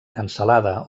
cansalada